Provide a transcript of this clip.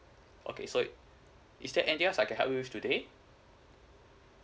okay so is there anything else I can help you with today